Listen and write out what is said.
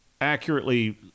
accurately